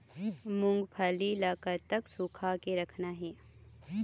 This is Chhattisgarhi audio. मूंगफली ला कतक सूखा के रखना हे?